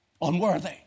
Unworthy